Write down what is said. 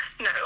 No